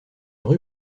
rue